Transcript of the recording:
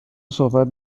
صحبت